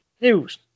news